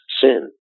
sin